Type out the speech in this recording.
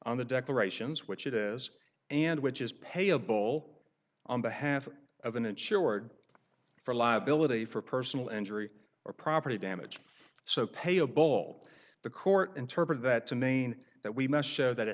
on the declarations which it has and which is payable on behalf of an insured for liability for personal injury or property damage so pay a bolt the court interpret that to mean that we must show that it